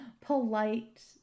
polite